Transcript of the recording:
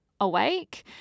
awake